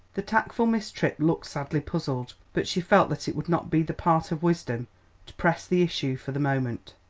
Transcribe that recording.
the tactful miss tripp looked sadly puzzled, but she felt that it would not be the part of wisdom to press the issue for the moment.